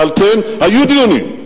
על כן, היו דיונים,